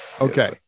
Okay